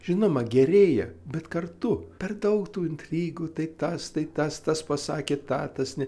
žinoma gerėja bet kartu per daug tų intrigų tai tas tai tas tas pasakė tą tas ne